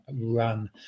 Run